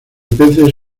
peces